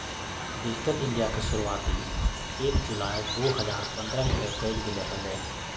digital India के शुरुआती एक जुलाई दु हजार पन्द्रह के कइल गैले हलय